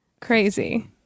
Crazy